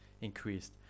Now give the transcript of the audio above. increased